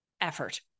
effort